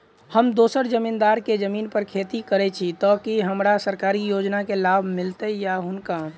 हम दोसर जमींदार केँ जमीन पर खेती करै छी तऽ की हमरा सरकारी योजना केँ लाभ मीलतय या हुनका?